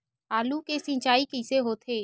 आलू के सिंचाई कइसे होथे?